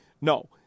No